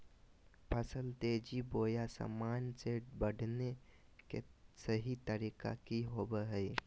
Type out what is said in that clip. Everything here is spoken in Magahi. फसल तेजी बोया सामान्य से बढने के सहि तरीका कि होवय हैय?